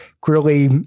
Clearly